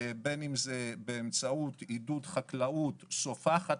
בין אם זה באמצעות עידוד חקלאות סופחת